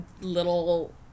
little